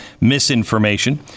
misinformation